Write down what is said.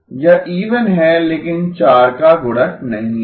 यह इवन है लेकिन 4 का गुणक नहीं है